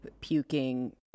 puking